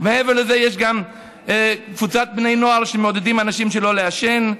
מעבר לזה יש גם קבוצת בני נוער שמעודדים אנשים שלא לעשן,